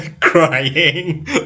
crying